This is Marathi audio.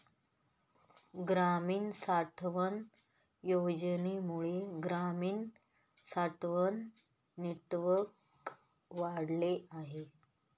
ग्रामीण साठवण योजनेमुळे ग्रामीण साठवण नेटवर्क वाढले आहे